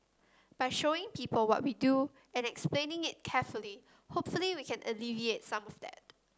by showing people what we do and explaining it carefully hopefully we can alleviate some of that